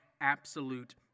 absolute